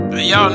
y'all